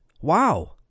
wow